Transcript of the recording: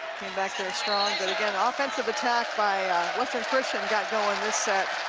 came back there strong. but again ah offensive attack by western christian got going this set,